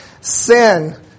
sin